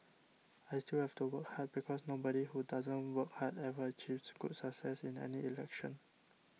I still have to work hard because nobody who doesn't work hard ever achieves good success in any election